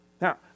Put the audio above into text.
Now